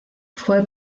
fue